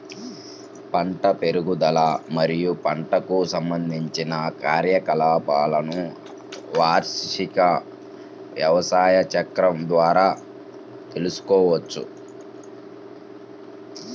పంట పెరుగుదల మరియు పంటకు సంబంధించిన కార్యకలాపాలను వార్షిక వ్యవసాయ చక్రం ద్వారా తెల్సుకోవచ్చు